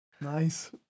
Nice